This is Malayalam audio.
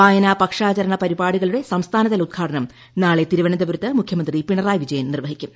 വായനാ പക്ഷാചരണ പരിപാടികളുടെ സംസ്ഥാനതല ഉദ്ഘാടനം നാളെ തിരുവനന്തപുരത്ത് മുഖ്യമന്ത്രി പിണറായി വിജയൻ നിർവ്വഹിക്കും